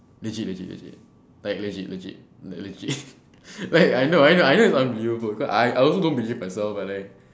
legit legit legit like legit legit like legit like I know I know I know it's unbelievable because I I also don't know myself but like